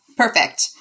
Perfect